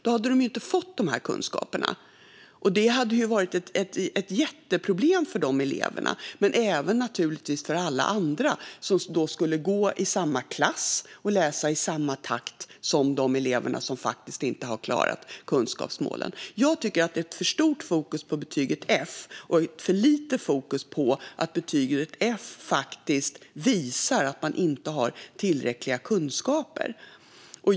Då hade de ju inte fått kunskaperna, och det hade varit ett jätteproblem för dem men även för alla andra som skulle gå i samma klass och läsa i samma takt som de elever som inte har klarat kunskapsmålen. Jag tycker att det är ett för stort fokus på betyget F och ett för litet fokus på att betyget F visar att man inte har tillräckliga kunskaper.